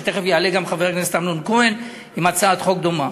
ותכף יעלה גם חבר הכנסת אמנון כהן עם הצעת חוק דומה,